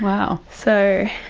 wow. so